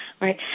Right